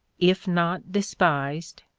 if not despised,